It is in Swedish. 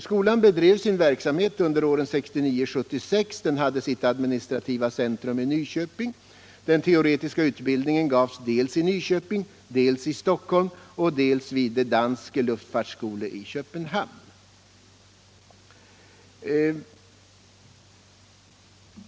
Skolan bedrev sin verksamhet under åren 1969-1976 och hade sitt administrativa centrum i Nyköping. Den teoretiska utbildningen gavs dels i Nyköping, dels i Stockholm, och dels vid Den Danske Luftfartsskole i Köpenhamn.